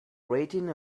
rating